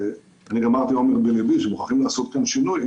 גמרתי אומר בליבי שחייבים לעשות כאן שינוי,